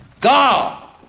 God